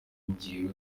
njyewe